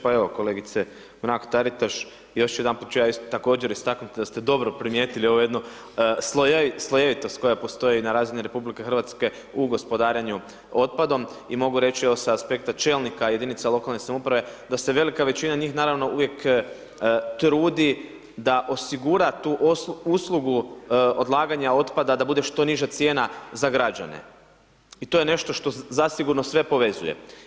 Pa evo, kolegice Mrak Taritaš, još jedanput ću također istaknuti da ste dobro primijetili ovo jedno slojevitost koja postoji na razini RH u gospodarenju otpadom i mogu reći, evo, sa aspekta čelnika jedinica lokalne samouprave, da se velika većina njih, naravno, uvijek trudi da osigura tu uslugu odlaganja otpada da bude što niža cijena za građane i to je nešto što zasigurno sve povezuje.